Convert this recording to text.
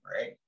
right